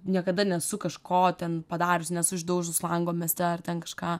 niekada nesu kažko ten padarius nesu išdaužus lango mieste ar ten kažką